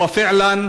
ואכן,